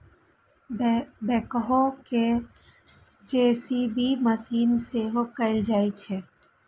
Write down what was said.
backhoe कें JCB machine सेहो कहल जाइ छै